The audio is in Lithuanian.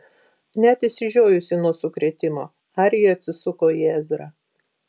net išsižiojusi nuo sukrėtimo arija atsisuko į ezrą